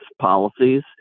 policies